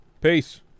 Peace